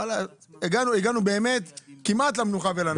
הגענו באמת כמעט למנוחה והנחלה.